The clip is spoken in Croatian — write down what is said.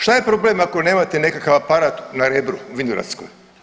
Šta je problem ako nemate nekakav aparat na Rebru i u Vinogradskoj?